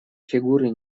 фигуры